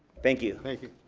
thank you. thank you.